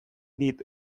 dit